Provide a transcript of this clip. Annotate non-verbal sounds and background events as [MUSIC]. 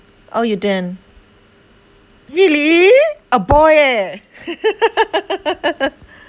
oh you didn't really a boy eh [LAUGHS]